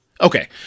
Okay